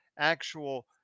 actual